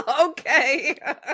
Okay